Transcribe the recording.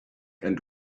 and